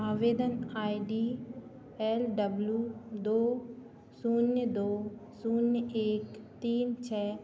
आवेदन I D L W दो शून्य दो शून्य एक तीन छह तीन चार छह पाँच एक शून्य आठ सात शून्य और जन्मतिथि बीस ग्यारह दो हज़ार बाइस वाले उपयोगकर्ता के लिए एन एस पी पर सबमिट किए गए नवीनीकरण छात्रवृत्ति आवेदनों की सूची बनाएँ